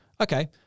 okay